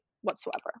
whatsoever